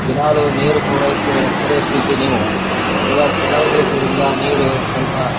ದಿನಾಲು ನೀರು ಪೂರೈಸುವ ಪೂರೈಸ್ತಿದ್ದು ನೀವು ಇವಾಗ ಕೆಲವು ದಿವಸದಿಂದ ನೀರು ಸ್ವಲ್ಪ